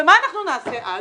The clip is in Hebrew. ומה נעשה אז?